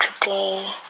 today